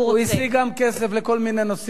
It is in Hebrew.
הוא השיג גם כסף לכל מיני נושאים.